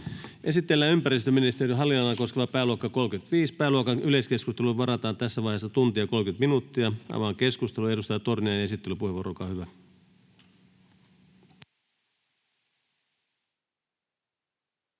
Esitellään ympäristöministeriön hallin-nonalaa koskeva pääluokka 35. Pääluokan yleiskeskusteluun varataan tässä vaiheessa tunti ja 30 minuuttia. — Avaan keskustelun. Edustaja Torniainen, esittelypuheenvuoro, olkaa hyvä.